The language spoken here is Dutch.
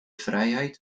vrijheid